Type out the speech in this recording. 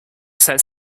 says